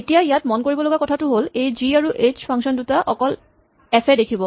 এতিয়া ইয়াত মন কৰিব লগা কথাটো হ'ল এই জি আৰু এইচ ফাংচন দুটা অকল এফ এ দেখিব